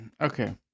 Okay